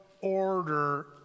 order